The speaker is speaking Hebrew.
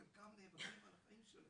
חלקם נאבקים על החיים שלהם.